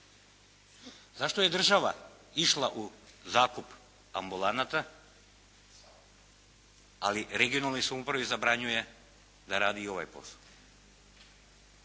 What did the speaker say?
Zašto je država išla u zakup ambulanata, ali regionalnoj samoupravi zabranjuje da radi i ovaj posao?